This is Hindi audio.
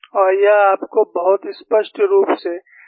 और यह आपको बहुत स्पष्ट रूप से डेटा इंगित करता है